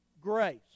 grace